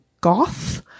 goth